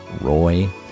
Roy